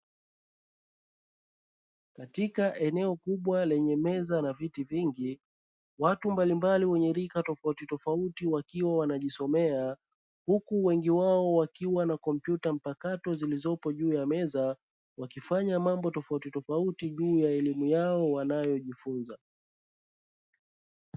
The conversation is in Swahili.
Katika eneo kubwa lenye meza na viti vingi watu mbalimbali wenye rika tofautitofauti wakiwa wanajisomea wengi wao wakiwa na kompyuta mpakato zilizoko juu ya meza wakifanya mambo tofautitofauti juu ya elimu yao wanayojifunza.